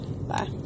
Bye